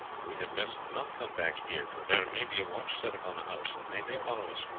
we had best not come back here, for there may be a watch set upon the house and they may follow us.